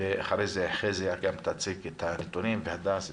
ואחרי זה חזי יציג את הנתונים ונשמע את הדס.